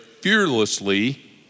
fearlessly